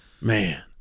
Man